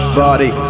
body